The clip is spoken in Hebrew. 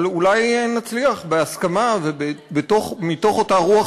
אבל אולי נצליח בהסכמה ומתוך אותה רוח